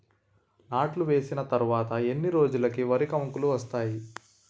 నాట్లు వేసిన తర్వాత ఎన్ని రోజులకు వరి కంకులు వస్తాయి?